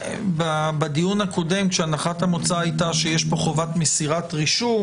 בדיון הקודם כשהנחת המוצא היתה שיש פה חובת מסירת רישום,